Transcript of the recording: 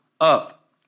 up